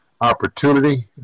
opportunity